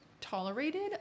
tolerated